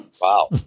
Wow